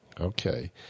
Okay